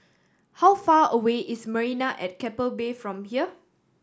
how far away is Marina at Keppel Bay from here